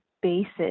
basis